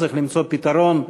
וצריך למצוא פתרון,